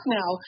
now